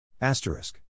Asterisk